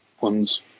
ones